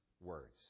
words